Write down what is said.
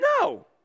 No